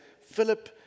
Philip